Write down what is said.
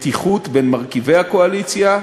מתיחות בין מרכיבי הקואליציה,